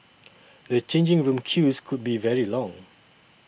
the changing room queues could be very long